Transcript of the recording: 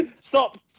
Stop